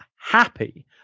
happy